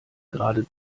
gerade